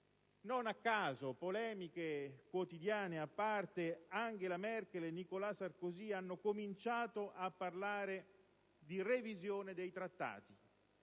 Non a caso, polemiche quotidiane a parte, Angela Merkel e Nicholas Sarkozy hanno cominciato a parlare di revisione dei Trattati.